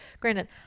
granted